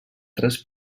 tres